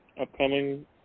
upcoming